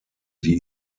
die